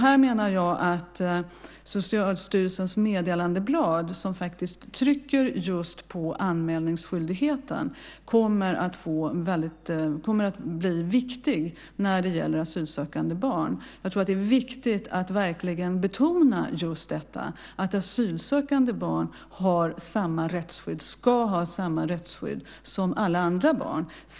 Här menar jag att Socialstyrelsens meddelandeblad, som trycker just på anmälningsskyldigheten, kommer att bli viktigt när det gäller asylsökande barn. Jag tror att det är viktigt att verkligen betona just detta att asylsökande barn ska ha samma rättsskydd som alla andra barn.